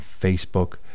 Facebook